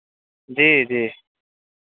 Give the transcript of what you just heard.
जी जी